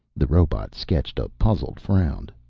the robot sketched a puzzled frown.